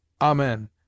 Amen